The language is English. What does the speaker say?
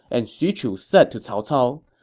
and xu chu said to cao cao,